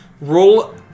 Roll